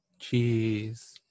jeez